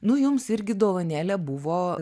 nu jums irgi dovanėlė buvo